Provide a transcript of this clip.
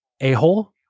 a-hole